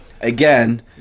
Again